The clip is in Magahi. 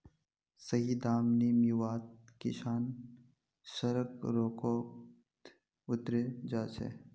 सही दाम नी मीवात किसान सड़क रोकोत उतरे जा छे